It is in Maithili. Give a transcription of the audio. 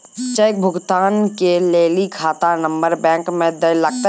चेक भुगतान के लेली खाता नंबर बैंक मे दैल लागतै